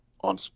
on